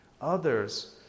Others